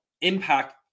impact